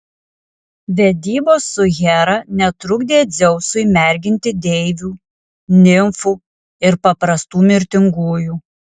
vedybos su hera netrukdė dzeusui merginti deivių nimfų ir paprastų mirtingųjų